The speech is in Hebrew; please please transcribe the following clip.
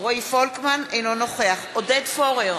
אינו נוכח עודד פורר,